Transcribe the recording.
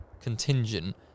contingent